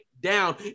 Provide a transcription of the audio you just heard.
down